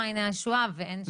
למעייני הישועה ואין שם.